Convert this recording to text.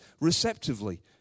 receptively